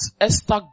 Esther